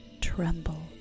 tremble